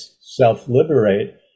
self-liberate